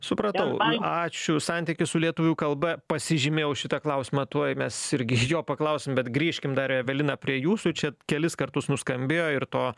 supratau ačiū santykis su lietuvių kalba pasižymėjau šitą klausimą tuoj mes irgi jo paklausim bet grįžkim dar evelina prie jūsų čia kelis kartus nuskambėjo ir to